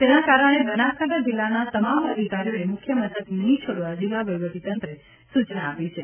તેના કારણે બનાસકાંઠા જિલ્લાના તમામ અધિકારીઓને મુખ્યમથક નહી છોડવા જિલ્લા વહીવટીતંત્રે સૂચના આપી છે